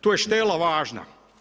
Tu je štela važna.